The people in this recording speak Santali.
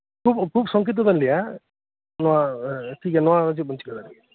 ᱠᱷᱩᱵ ᱥᱚᱝᱠᱷᱤᱯᱛᱚ ᱛᱮᱵᱮᱱ ᱞᱟᱹᱭᱼᱟ ᱱᱚᱣᱟ ᱴᱷᱤᱠ ᱜᱮᱭᱟ ᱪᱮᱫᱵᱮᱱ ᱵᱩᱡ ᱠᱮᱫᱟ